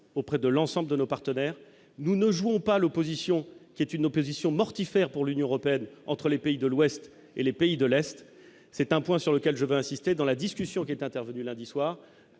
auprès de l'ensemble de nos partenaires, nous ne jouerons pas l'opposition, qui est une opposition mortifère pour l'Union européenne entre les pays de l'Ouest et les pays de l'Est, c'est un point sur lequel je vais insister dans la discussion qui est intervenu, lundi soir,